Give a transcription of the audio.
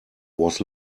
was